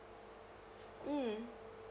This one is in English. mm